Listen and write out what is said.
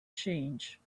change